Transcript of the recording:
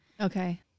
Okay